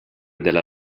della